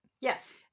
Yes